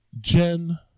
Jen